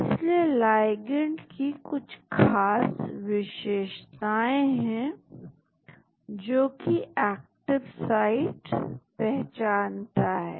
इसलिए लाइगैंड की कुछ खास विशेषताएं हैं जोकि एक्टिव साइट पहचानता है